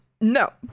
no